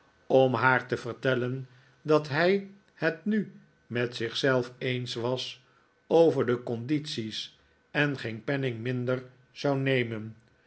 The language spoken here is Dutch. om haar te vertellen dat hij het nu met zich zelf eens was over de condities en geen penning minder zou nemen